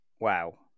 Wow